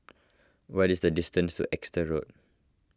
what is the distance to Exeter Road